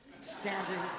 standing